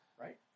Right